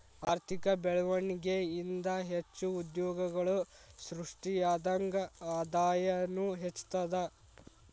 ಆರ್ಥಿಕ ಬೆಳ್ವಣಿಗೆ ಇಂದಾ ಹೆಚ್ಚು ಉದ್ಯೋಗಗಳು ಸೃಷ್ಟಿಯಾದಂಗ್ ಆದಾಯನೂ ಹೆಚ್ತದ